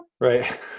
Right